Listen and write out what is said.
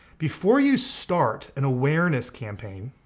before you start an awareness campaign,